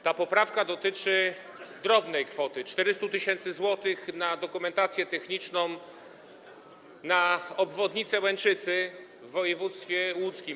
Ta poprawka dotyczy drobnej kwoty, 400 tys. zł na dokumentację techniczną obwodnicy Łęczycy w województwie łódzkim.